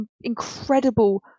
incredible